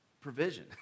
provision